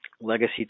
legacy